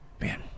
man